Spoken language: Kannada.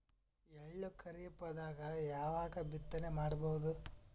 ಎಳ್ಳು ಖರೀಪದಾಗ ಯಾವಗ ಬಿತ್ತನೆ ಮಾಡಬಹುದು?